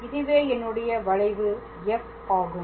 இதுவே என்னுடைய வளைவு f ஆகும்